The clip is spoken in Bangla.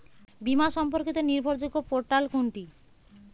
বীমা সম্পর্কিত নির্ভরযোগ্য পোর্টাল কোনটি?